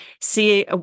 see